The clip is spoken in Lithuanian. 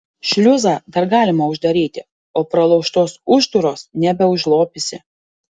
šliuzą dar galima uždaryti o pralaužtos užtūros nebeužlopysi